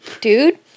dude